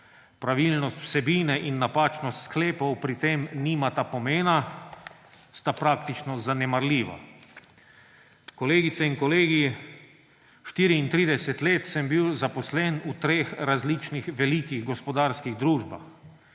Pravilnost vsebine in napačnost sklepov pri tem nimata pomena, sta praktično zanemarljivi. Kolegice in kolegi, 34 let sem bil zaposlen v treh različnih velikih gospodarskih družbah.